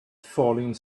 falling